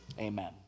Amen